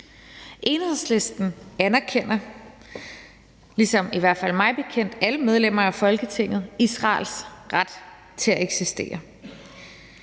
Enhedslisten anerkender ligesom, i hvert fald mig bekendt, alle medlemmer af Folketinget, Israels ret til at eksistere.